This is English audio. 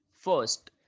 First